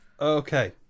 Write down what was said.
Okay